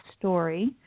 story